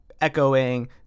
echoing